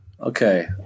Okay